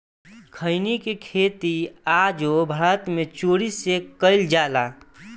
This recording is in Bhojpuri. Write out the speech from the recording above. खईनी के खेती आजो भारत मे चोरी से कईल जाला